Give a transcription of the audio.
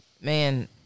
man